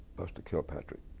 buster kilpatrick,